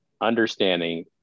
understanding